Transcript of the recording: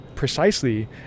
precisely